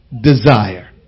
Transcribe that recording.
desire